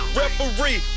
referee